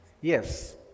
Yes